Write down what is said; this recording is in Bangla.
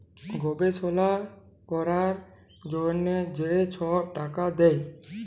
গবেষলা ক্যরার জ্যনহে যে ছব টাকা দেয়